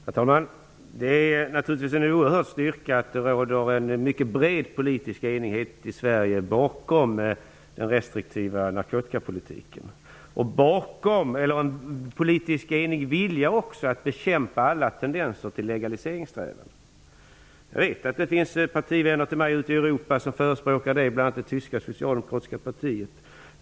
Herr talman! Det är naturligtvis en oerhörd styrka att det råder en mycket bred politisk enighet i Sverige om den restriktiva narkotikapolitiken. Det finns också en enig politisk vilja att bekämpa alla tendenser till legaliseringssträvanden. Jag vet att det finns partivänner till mig ute i Europa som förespråkar legalisering, bl.a. i det tyska socialdemokratiska partiet.